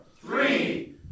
three